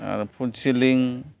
पूनचिलिं